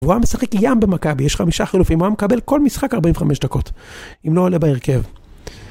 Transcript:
הוא היה משחק ים במכבי, יש חמישה חילופים, הוא היה מקבל כל משחק 45 דקות, אם לא עולה בהרכב.